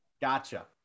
Gotcha